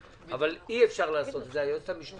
אבל אי אפשר לעשות את זה כי היועצת המשפטי,